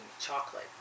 Chocolate